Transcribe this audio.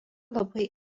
labai